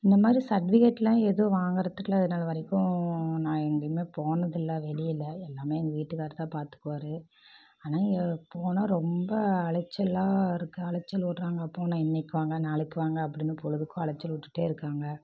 இந்தமாதிரி சர்ட்பிகேட்டெலாம் எதுவும் வாங்கிறதுக்குலாம் இது நாள் வரைக்கும் நான் எங்கேயுமே போனதில்லை வெளியில எல்லாமே எங்கள் வீட்டுக்காரு தான் பார்த்துக்குவாரு ஆனால் ஏ போனால் ரொம்ப அலைச்சலாக இருக்குது அலைச்சல் விட்றாங்க போனால் இன்றைக்கி வாங்க நாளைக்கு வாங்க அப்படின் பொழுதுக்கும் அலைச்சல் விட்டுட்டே இருக்காங்க